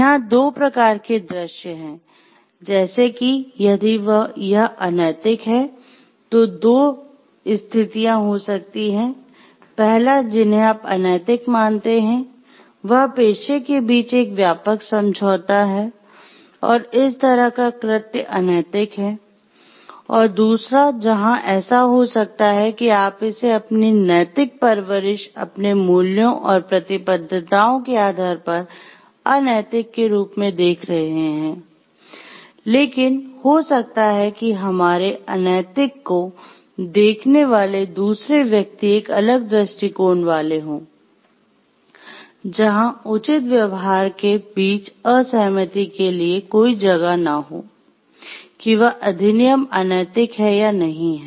यहाँ दो प्रकार के दृश्य है जैसे कि यदि यह अनैतिक है तो दो स्थितियां हो सकती हैं पहला जिन्हें आप अनैतिक मानते हैं वह पेशे के बीच एक व्यापक समझौता है और इस तरह का कृत्य अनैतिक हैं और दूसरा जहां ऐसा हो सकता है कि आप इसे अपनी नैतिक परवरिश अपने मूल्यों और प्रतिबद्धताओं के आधार पर अनैतिक के रूप में देख रहे हैं लेकिन हो सकता है कि हमारे अनैतिक को देखने वाले दूसरे व्यक्ति एक अलग दृष्टिकोण वाले हों और जहां उचित व्यवहार के बीच असहमति के लिए कोई जगह न हो कि वह अधिनियम अनैतिक है या नही है